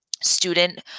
student